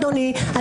אדוני,